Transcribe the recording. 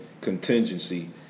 contingency